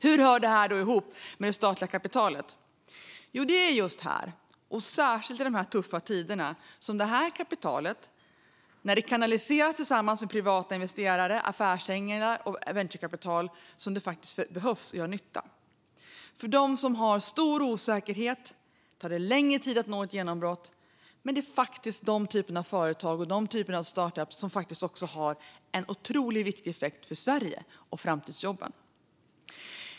Hur hör detta ihop med det statliga kapitalet? Jo, det är just här, särskilt i dessa tuffa tider, som det här kapitalet, när det kanaliseras tillsammans med privata investerare, affärsänglar och venture-kapital, behövs och gör nytta. För dem som har stor osäkerhet tar det längre tid att nå ett genombrott, men det är faktiskt den typen av företag och startup-företag som också har en otroligt viktig effekt för Sverige och framtidsjobben.